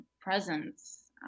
presence